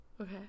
okay